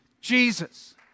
Jesus